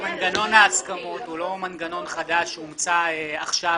מנגנון ההסכמות הוא לא מנגנון חדש שהומצא עכשיו,